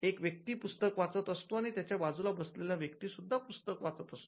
एक व्यक्ती पुस्तक वाचत असतो आणि त्याच्या बाजूला बसलेला व्यक्ती सुद्धा पुस्तक वाचत असतो